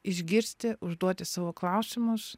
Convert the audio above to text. išgirsti užduoti savo klausimus